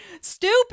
stupid